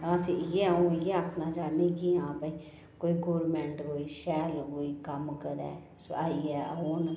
बस इ'यै अ'ऊं इ'यै आखना चाहन्नीं कि हां भई कोई गोरमेंट कोई शैल कोई कम्म करै आइयै औन